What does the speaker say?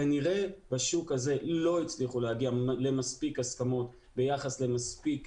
כנראה בשוק הזה לא יצליחו להגיע למספיק הסכמות ביחס למספיק